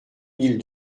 mille